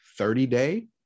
30-day